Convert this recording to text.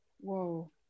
Whoa